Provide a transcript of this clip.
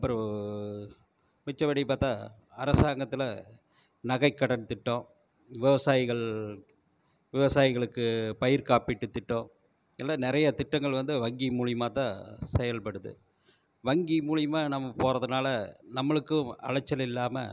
அப்பறோம் மிச்சபடி பார்த்தா அரசாங்கத்தில் நகைக்கடன் திட்டம் விவசாயிகள் விவசாயிகளுக்கு பயிர்காப்பீட்டு திட்டம் எல்லா நிறையா திட்டங்கள் வந்து வாங்கி மூலயமாத்தான் செயல்படுது வாங்கி மூலயமா நம்ம போகிறதுனால நம்மளுக்கும் அலைச்சல் இல்லாமல்